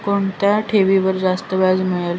कोणत्या ठेवीवर जास्त व्याज मिळेल?